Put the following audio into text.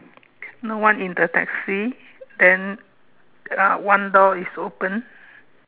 no one in the taxi then uh one door is open